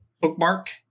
bookmark